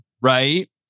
Right